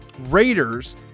Raiders